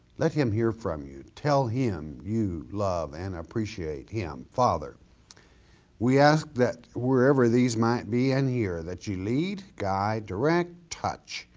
let him hear from you, tell him you love and appreciate him. father we ask that wherever these might be and hear that you lead, guide, direct, touch,